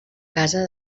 casa